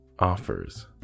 offers